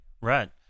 Right